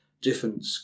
different